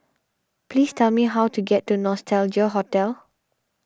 please tell me how to get to Nostalgia Hotel